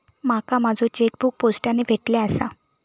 माका माझो चेकबुक पोस्टाने भेटले आसा